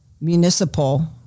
municipal